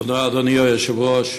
אדוני היושב-ראש,